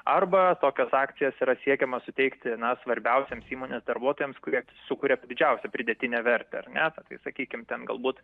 arba tokias akcijas yra siekiama suteiktina svarbiausiems įmonės darbuotojams kurie sukuria didžiausią pridėtinę vertę ar ne tai sakykim ten galbūt